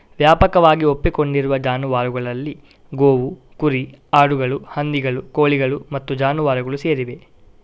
ವ್ಯಾಪಕವಾಗಿ ಒಪ್ಪಿಕೊಂಡಿರುವ ಜಾನುವಾರುಗಳಲ್ಲಿ ಗೋವು, ಕುರಿ, ಆಡುಗಳು, ಹಂದಿಗಳು, ಕೋಳಿಗಳು ಮತ್ತು ಜಾನುವಾರುಗಳು ಸೇರಿವೆ